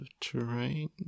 terrain